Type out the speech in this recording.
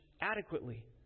adequately